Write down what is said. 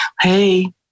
Hey